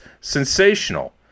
Sensational